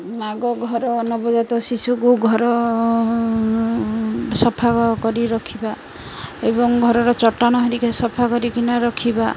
ଆଗ ଘର ନବଜାତ ଶିଶୁକୁ ଘର ସଫା କରି ରଖିବା ଏବଂ ଘରର ଚଟାଣ ହେରିକା ସଫା କରିକିନା ରଖିବା